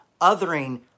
othering